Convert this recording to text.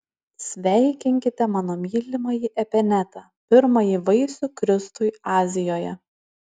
sveikinkite mano mylimąjį epenetą pirmąjį vaisių kristui azijoje